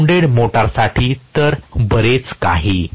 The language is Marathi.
कंपाऊंडेड मोटर्ससाठी तर बरेच काही